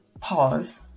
pause